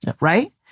right